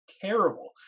terrible